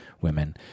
women